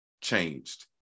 changed